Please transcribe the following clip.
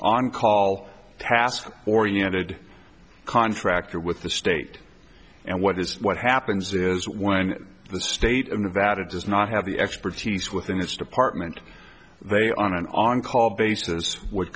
on call task oriented contractor with the state and what is what happens is when the state of nevada does not have the expertise within this department they on an on call basis w